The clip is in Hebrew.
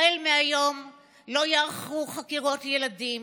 החל מהיום לא ייערכו חקירות ילדים,